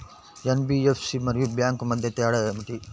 NBFC మరియు bank మధ్య తేడా ఏమిటీ?